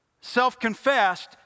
self-confessed